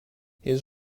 his